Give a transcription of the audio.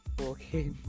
okay